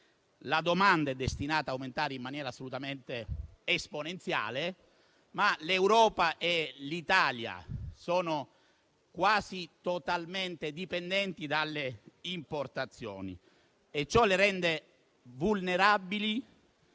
la domanda è destinata ad aumentare in maniera assolutamente esponenziale, ma l'Europa e l'Italia sono quasi totalmente dipendenti dalle importazioni e ciò le rende vulnerabili